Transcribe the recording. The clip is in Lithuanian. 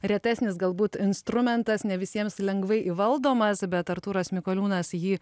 retesnis galbūt instrumentas ne visiems lengvai įvaldomas bet artūras mikoliūnas jį